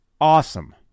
awesome